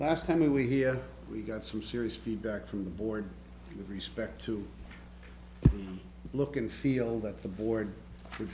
last time we were here we got some serious feedback from the board with respect to look and feel that the board